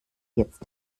jetzt